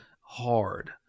hard